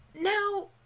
Now